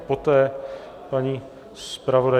Poté paní zpravodajka.